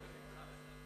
התרבות והספורט נתקבלה.